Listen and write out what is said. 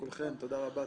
לכולכם תודה רבה.